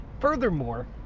furthermore